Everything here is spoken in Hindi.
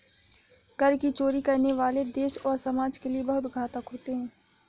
कर की चोरी करने वाले देश और समाज के लिए बहुत घातक होते हैं